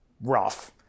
rough